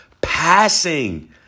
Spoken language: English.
Passing